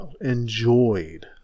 enjoyed